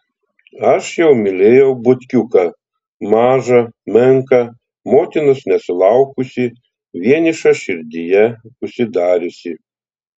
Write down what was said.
aš jau mylėjau butkiuką mažą menką motinos nesulaukusį vienišą širdyje užsidariusį